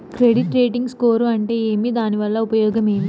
Credit rating score అంటే ఏమి దాని వల్ల ఉపయోగం ఏమి?